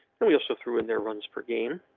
then we also threw in there runs per game.